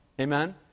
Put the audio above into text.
Amen